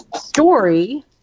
Story